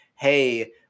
hey